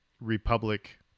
republic